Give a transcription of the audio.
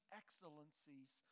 excellencies